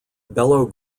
belo